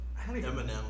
Eminem